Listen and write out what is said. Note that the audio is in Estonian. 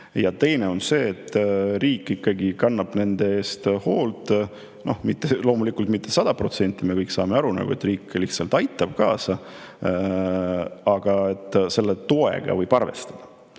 Ja teine on see, et riik ikkagi kannab nende eest hoolt. Loomulikult mitte sada protsenti, me kõik saame aru, et riik lihtsalt aitab kaasa, aga et selle toega võib arvestada.